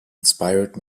inspired